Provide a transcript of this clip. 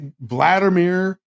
Vladimir